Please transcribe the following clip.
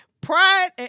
Pride